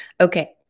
Okay